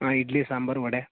ಹಾಂ ಇಡ್ಲಿ ಸಾಂಬಾರು ವಡೆ